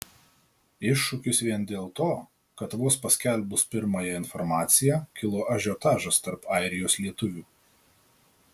iššūkis vien dėl to kad vos paskelbus pirmąją informaciją kilo ažiotažas tarp airijos lietuvių